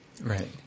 Right